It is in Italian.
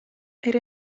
era